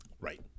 Right